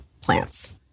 plants